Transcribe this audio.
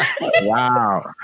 Wow